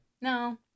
No